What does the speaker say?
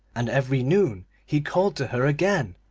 and every noon he called to her again,